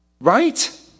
Right